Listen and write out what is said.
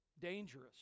Dangerous